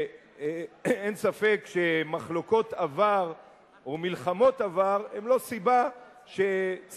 ואין ספק שמחלוקות עבר או מלחמות עבר הן לא סיבה שצעירים